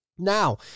Now